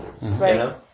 Right